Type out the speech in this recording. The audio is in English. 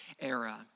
era